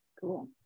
Cool